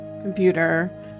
Computer